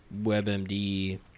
WebMD